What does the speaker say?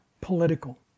political